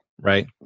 Right